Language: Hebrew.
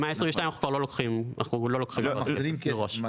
ממאי 2022 אנחנו כבר לא לוקחים כסף מראש.